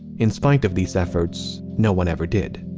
in spite of these efforts, no one ever did.